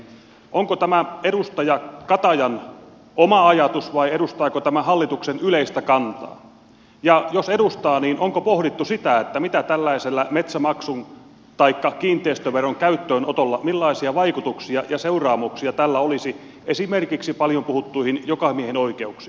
onko tämä edustaja katajan oma ajatus vai edustaako tämä hallituksen yleistä kantaa ja jos edustaa niin onko pohdittu sitä millaisia vaikutuksia ja seuraamuksia tällaisella metsämaksun taikka kiinteistöveron käyttöönotolla millaisia vaikutuksia ja seuraamuksia täällä olisi esimerkiksi paljon puhuttuihin jokamiehenoikeuksiin